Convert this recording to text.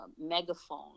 megaphone